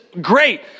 great